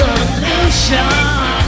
Solution